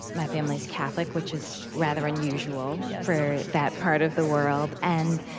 my family is catholic, which is rather unusual yeah for that part of the world. and